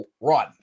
run